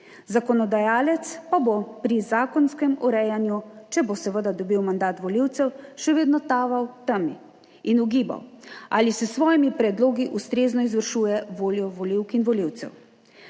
zakonodajalec pa bo pri zakonskem urejanju, če bo seveda dobil mandat volivcev, še vedno taval temi in ugibal, ali se s svojimi predlogi ustrezno izvršuje voljo volivk in volivcev.